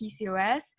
PCOS